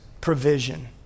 provision